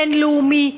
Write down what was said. בין-לאומי,